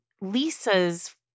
Lisa's